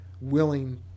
willing